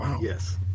yes